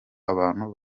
abantu